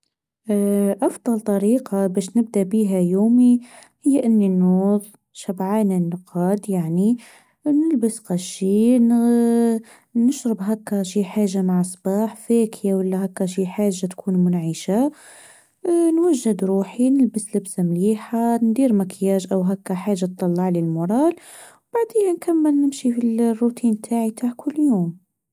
أفضل طريقه بش نبدأ بها يومي هي إن النوز شبعان النقاد. يعني نلبس قشير ، نشرب هكا شي حاجه مع صباح فاكه ولا هكا شي حاجه تكون منعشه نوجد روحي نلبس لبس مليح ، ندير مكياج او هكا حاجه تطلعلي المورال ،وبعديها نكمل نمشي في الروتين تعاي تع كل يوم.